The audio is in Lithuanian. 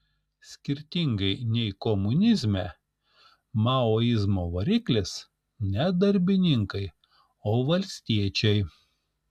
skirtingai nei komunizme maoizmo variklis ne darbininkai o valstiečiai